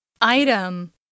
Item